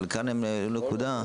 אבל כאן הם העלו נקודה.